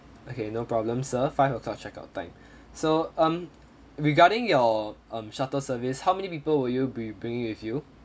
okay no problem sir five O clock check out time so um regarding your um shuttle service how many people will you be bringing with you